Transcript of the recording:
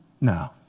No